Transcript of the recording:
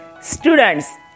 Students